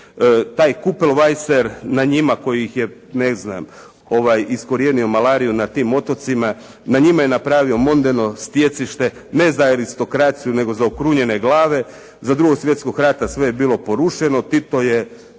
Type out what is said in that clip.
Taj Kupelwierer na njima koji je ne znam iskorijenio malariju na tim otocima, na njima je napravio moderno stjecište ne za aristrokaciju nego za okrunjene glave. Za 2. svjetskog rata sve je bilo porušeno, Tita nije